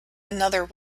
another